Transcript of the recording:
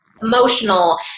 emotional